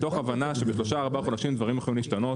מתוך הבנה שבשלושה או ארבעה חודשים דברים יכולים להשתנות.